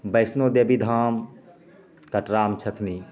वैष्णोदेवी धाम कटरामे छथिन